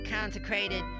consecrated